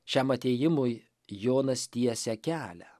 šiam atėjimui jonas tiesia kelią